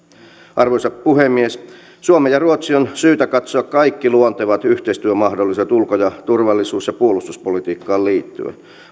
arvoisa puhemies suomen ja ruotsin on syytä katsoa kaikki luontevat yhteistyömahdollisuudet ulko turvallisuus ja puolustuspolitiikkaan liittyen